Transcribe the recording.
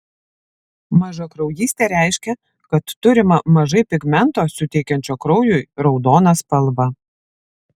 mažakraujystė reiškia kad turima mažai pigmento suteikiančio kraujui raudoną spalvą